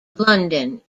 london